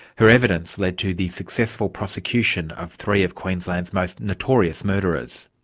her evidence led to the successful prosecution of three of queensland's most notorious murderers.